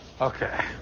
Okay